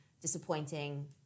disappointing